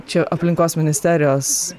čia aplinkos ministerijos